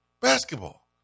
basketball